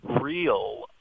real